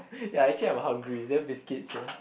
ya actually I'm hungry is there biscuits here